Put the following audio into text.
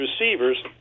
receivers